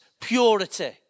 purity